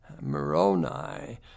Moroni